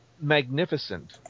magnificent